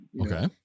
Okay